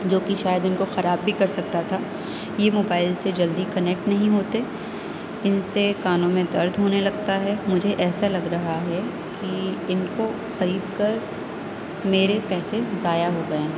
جو کہ شاید ان کو خراب بھی کر سکتا تھا یہ موبائل سے جلدی کنکٹ نہیں ہوتے ان سے کانوں میں درد ہونے لگتا ہے مجھے ایسا لگ رہا ہے کہ ان کو خرید کر میرے پیسے ضائع ہوگئے ہیں